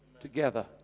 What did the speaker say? together